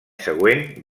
següent